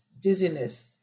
dizziness